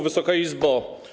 Wysoka Izbo!